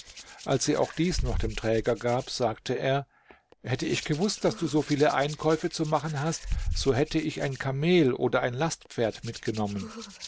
als sie auch dies noch dem träger gab sagte er hätte ich gewußt daß du so viele einkäufe zu machen hast so hätte ich ein kamel oder ein lastpferd mitgenommen